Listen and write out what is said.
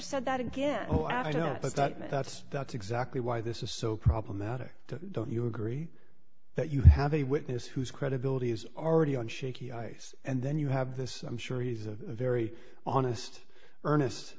said that again oh i don't know the statement that's that's exactly why this is so problematic don't you agree that you have a witness whose credibility is already on shaky ice and then you have this i'm sure he's a very honest earnest